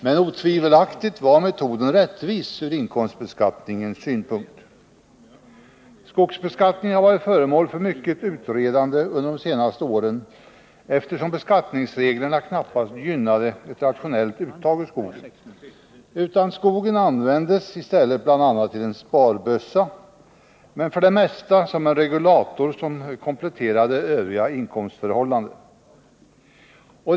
Men otvivelaktigt var metoden rättvis från inkomstbeskattningens synpunkt. Skogsbeskattningen har varit föremål för mycket utredande under de senaste åren, eftersom beskattningsreglerna knappast gynnade ett rationellt uttag ur skogen. Skogen användes i stället ibland som en sparbössa, men för det mesta som en regulator som kompletterade övriga inkomstförhållanden.